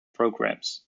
programs